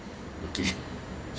okay